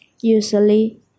Usually